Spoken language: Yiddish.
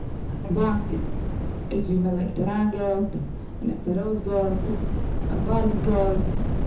א באנק איז ווי מ'לייגט אריין געלט, מ'נעמט ארויס געלט, מ'בארגט געלט.